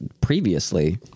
previously